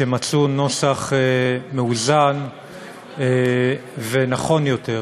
שמצאו נוסח מאוזן ונכון יותר.